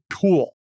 tool